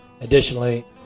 Additionally